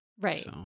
Right